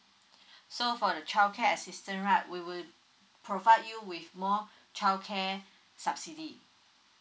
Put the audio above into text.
so for the childcare assistance right we will provide you with more childcare subsidy